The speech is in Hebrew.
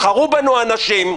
בחרו בנו אנשים.